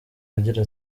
agira